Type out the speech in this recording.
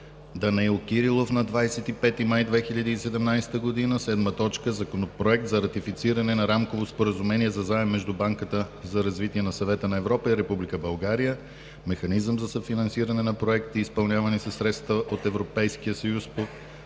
Данаил Кирилов на 25 май 2017 г 7. Законопроект за ратифициране на Рамково споразумение за заем между Банката за развитие на Съвета на Европа и Република България, механизъм за съфинансиране на проекти, изпълнявани със средства от ЕС по